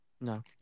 no